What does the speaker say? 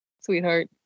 Sweetheart